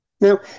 Now